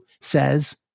says